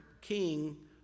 King